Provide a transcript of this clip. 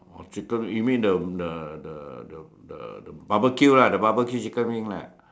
oh chicken you mean the the the the the barbecue ah the barbecue chicken wing lah